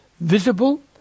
visible